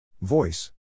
Voice